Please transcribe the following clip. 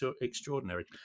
extraordinary